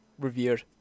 revered